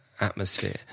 atmosphere